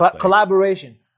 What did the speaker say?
Collaboration